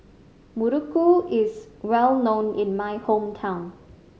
muruku is well known in my hometown